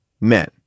men